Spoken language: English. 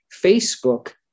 Facebook